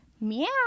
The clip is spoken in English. meow